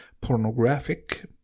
pornographic